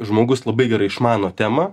žmogus labai gerai išmano temą